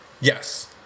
Yes